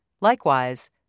Likewise